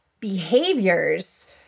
behaviors